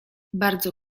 bardzo